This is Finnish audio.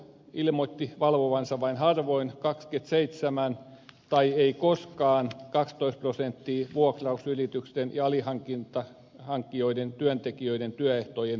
ilmoitti valvovansa vain harvoin tai ei koskaan vuokrausyritysten ja alihankkijoiden työntekijöiden työehtojen toteutumista